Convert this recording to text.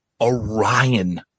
Orion